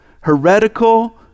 heretical